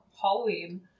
Halloween